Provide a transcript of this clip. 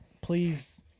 Please